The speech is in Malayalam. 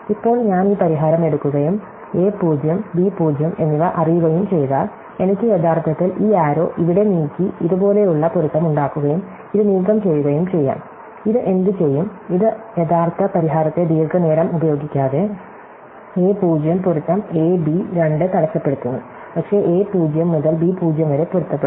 ഇപ്പോൾ ഞാൻ ഈ പരിഹാരം എടുക്കുകയും a 0 ബി 0 എന്നിവ അറിയുകയും ചെയ്താൽ എനിക്ക് യഥാർത്ഥത്തിൽ ഈ ആരോ ഇവിടെ നീക്കി ഇതുപോലെയുള്ള പൊരുത്തമുണ്ടാക്കുകയും ഇത് നീക്കംചെയ്യുകയും ചെയ്യാം ഇത് എന്തുചെയ്യും ഇത് യഥാർത്ഥ പരിഹാരത്തെ ദീർഘനേരം ഉപയോഗിക്കാതെ a 0 പൊരുത്തം a b 2 തടസ്സപ്പെടുത്തുന്നു പക്ഷേ a 0 മുതൽ b 0 വരെ പൊരുത്തപ്പെടുന്നു